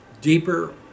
deeper